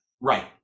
right